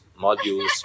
modules